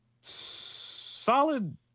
Solid